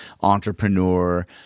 entrepreneur